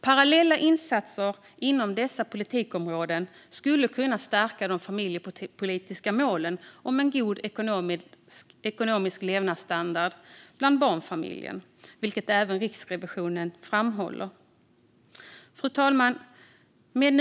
Parallella insatser inom dessa politikområden skulle kunna stärka de familjepolitiska målen om en god ekonomisk levnadsstandard för barnfamiljer, vilket även Riksrevisionen framhåller. Fru talman!